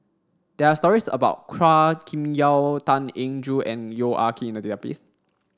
there are stories about Chua Kim Yeow Tan Eng Joo and Yong Ah Kee in the database